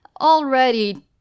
already